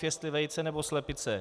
Jestli vejce, nebo slepice.